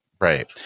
right